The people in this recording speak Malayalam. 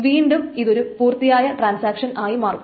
വീണ്ടും ഇതൊരു പൂർത്തിയായ ട്രാൻസാക്ഷൻ ആയി മാറും